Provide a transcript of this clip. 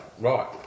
Right